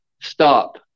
stop